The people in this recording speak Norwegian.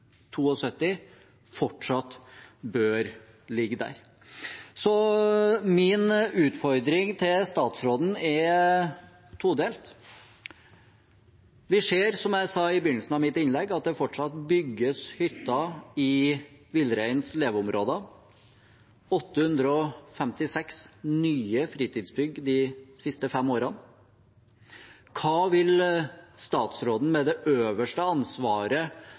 fortsatt bør ligge der. Min utfordring til statsråden er todelt. Vi ser, som jeg sa i begynnelsen av mitt innlegg, at det fortsatt bygges hytter i villreinens leveområder – 856 nye fritidsbygg de siste fem årene. Hva vil statsråden med det øverste ansvaret